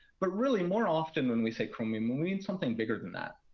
but really, more often when we say chromium, we mean something bigger than that.